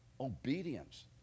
obedience